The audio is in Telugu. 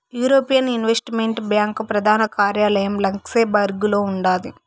యూరోపియన్ ఇన్వెస్టుమెంట్ బ్యాంకు ప్రదాన కార్యాలయం లక్సెంబర్గులో ఉండాది